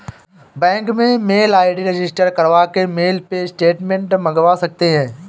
bank में mail ID register करवा के मेल पे स्टेटमेंट मंगवा सकते है